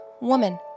woman